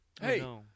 hey